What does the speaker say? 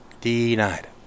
Denied